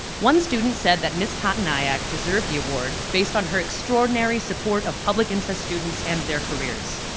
one student said that ms. pattanayak deserved the award based on her extraordinary support of public interest students and their careers.